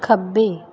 ਖੱਬੇ